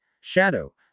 shadow